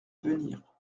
venir